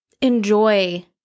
enjoy